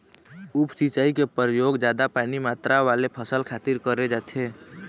उप सिंचई के परयोग जादा पानी मातरा वाले फसल खातिर करे जाथे